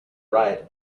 ride